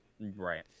Right